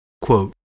Quote